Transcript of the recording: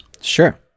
sure